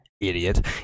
idiot